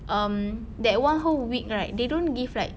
um that one whole week right they don't give like